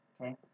Okay